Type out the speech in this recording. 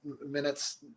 minutes